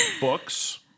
books